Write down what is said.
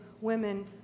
women